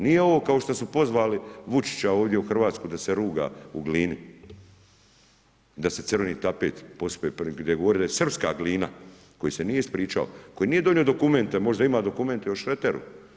Nije ovo kao što su pozvali Vučića u Hrvatsku da se ruga u Glini i da se crveni tapet pospe pa da govori da je srpska Glina, koji se nije ispričao, koji nije donio dokumente, možda ima dokumente o Šreteru.